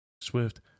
Swift